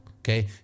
Okay